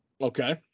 Okay